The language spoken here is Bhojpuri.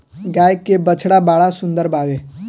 गाय के बछड़ा बड़ा सुंदर बावे